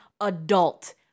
adult